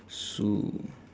sue